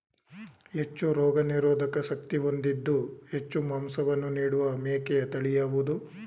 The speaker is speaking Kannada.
ಹೆಚ್ಚು ರೋಗನಿರೋಧಕ ಶಕ್ತಿ ಹೊಂದಿದ್ದು ಹೆಚ್ಚು ಮಾಂಸವನ್ನು ನೀಡುವ ಮೇಕೆಯ ತಳಿ ಯಾವುದು?